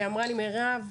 שאמרה לי: "מירב,